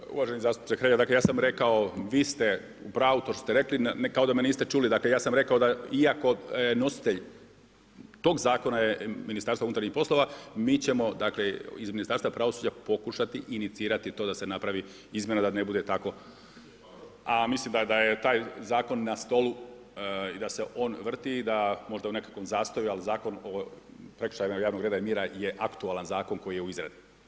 Dakle, uvažen zastupniče Hrelja, dakle ja sam rekao, vi ste u pravu što što se rekli, kao da me niste čuli, dakle ja sam rekao da iako nositelj tog zakona je Ministarstvo unutarnjih poslova, mi ćemo iz Ministarstva pravosuđa pokušati inicirati to da se napravi izmjena da ne bude tako a mislim da je taj zakon na stolu i da se on vrti i da možda je u nekakvom zastoju ali Zakon o prekršaju javnog reda i mira je aktualan zakon koji je u izradi.